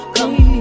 Come